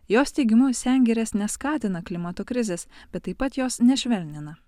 jos teigimu sengirės neskatina klimato krizės bet taip pat jos nešvelnina